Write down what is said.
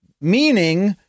Meaning